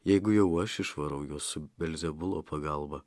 jeigu jau aš išvarau juos su belzebulo pagalba